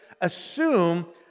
assume